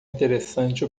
interessante